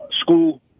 school